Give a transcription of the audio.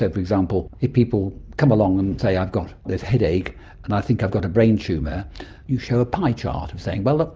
ah for example, if people come along and say, i've got this headache and i think i've got a brain tumour you show a pie chart saying, but look,